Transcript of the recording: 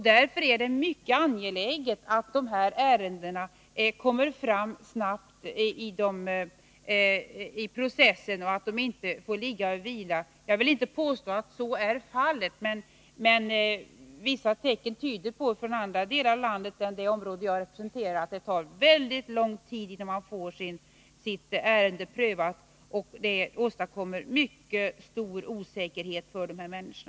Därför är det mycket angeläget att besvärsärendena kommer fram snabbt i processen och inte ligger och vilar. Jag vill inte påstå att så är fallet, men vissa tecken från andra delar av landet än det område som jag representerar tyder på att det tar mycket lång tid innan den som har besvärat sig får sitt ärende prövat. Det åstadkommer mycket stor osäkerhet för dessa människor.